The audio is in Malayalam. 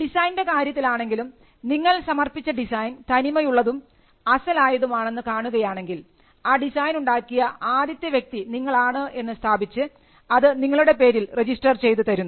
ഡിസൈൻറെ കാര്യത്തിലാണെങ്കിലും നിങ്ങൾ സമർപ്പിച്ച ഡിസൈൻ തനിമ ഉള്ളതും അസ്സൽ ആയതും ആണെന്ന് കാണുകയാണെങ്കിൽ ആ ഡിസൈൻ ഉണ്ടാക്കിയ ആദ്യത്തെ വ്യക്തി നിങ്ങളാണ് എന്ന് സ്ഥാപിച്ചു അത് നിങ്ങളുടെ പേരിൽ രജിസ്റ്റർ ചെയ്ത് തരുന്നു